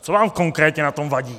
Co vám konkrétně na tom vadí?